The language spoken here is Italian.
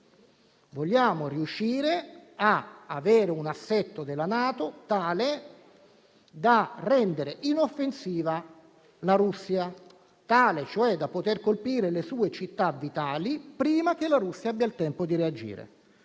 Vogliamo riuscire ad avere un assetto della NATO tale da rendere inoffensiva la Russia; tale, cioè, da poter colpire le sue città vitali prima che la Russia abbia il tempo di reagire.